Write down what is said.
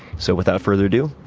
so without further ado,